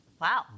Wow